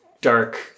dark